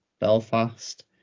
Belfast